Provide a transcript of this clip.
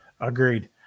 Agreed